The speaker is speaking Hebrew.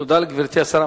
תודה לגברתי השרה.